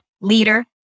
leader